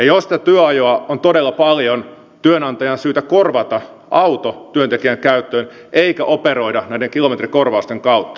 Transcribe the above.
jos sitä työajoa on todella paljon työnantajan on syytä korvata auto työntekijän käyttöön eikä operoida näiden kilometrikorvausten kautta